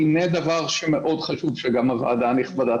הינה עוד דבר שחשוב שהוועדה הנכבדה